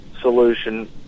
solution